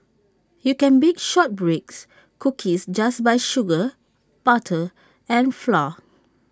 you can bake short breaks cookies just by sugar butter and flour